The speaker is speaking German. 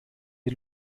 die